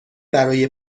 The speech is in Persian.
برای